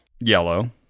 yellow